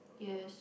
yes